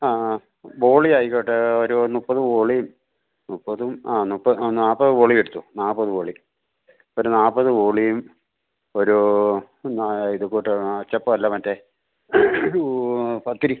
ആ ബോളി ആയിക്കോട്ടെ ഒരു മുപ്പത് ബോളിയും മുപ്പതും ആ ആ നാൽപത് ബോളി എടുത്തോ നാൽപത് ബോളി ഒരു നാൽപത് ബോളിയും ഒരു ഇതുക്കൂട്ട് അച്ചപ്പം അല്ല മറ്റേ പത്തിരി